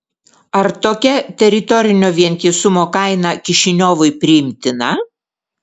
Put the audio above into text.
ar tokia teritorinio vientisumo kaina kišiniovui priimtina